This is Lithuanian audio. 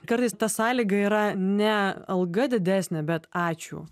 kartais ta sąlyga yra ne alga didesnė bet ačiū